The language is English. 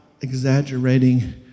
exaggerating